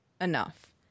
enough